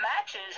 matches